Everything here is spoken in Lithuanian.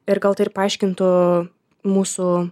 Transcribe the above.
ir gal tai ir paaiškintų mūsų